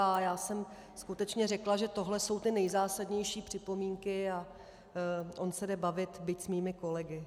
Jjá jsem skutečně řekla, že tohle jsou ty nejzásadnější připomínky, a on se jde bavit, byť s mými kolegy.